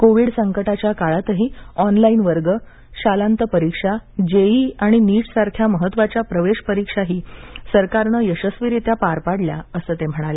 Covid संकटाच्या काळातही online वर्ग शाळांत परीक्षा जे ई ई आणि नीट सारख्या महत्वाच्या प्रवेश परिक्षाही सरकारनं यशस्वीरीत्या पार पाडल्या असं ते म्हणाले